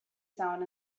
sound